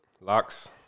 Locks